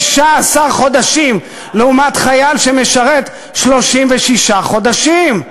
16 חודשים, לעומת חייל שמשרת 36 חודשים.